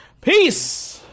Peace